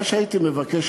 מה שהייתי מבקש,